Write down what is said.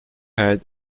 had